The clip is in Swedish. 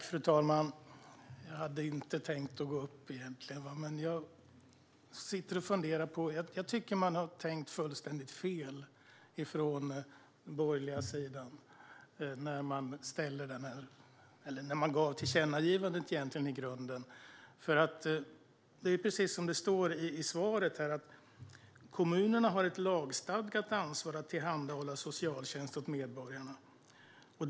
Fru talman! Jag hade inte tänkt att gå upp i talarstolen, men jag tycker att man från den borgerliga sidan har tänkt fullständigt fel när man gjorde tillkännagivandet. I svaret står det följande: "Kommunerna har ett lagstadgat ansvar att tillhandahålla socialtjänst åt medborgarna.